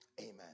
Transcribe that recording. Amen